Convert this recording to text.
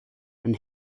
and